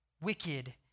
wicked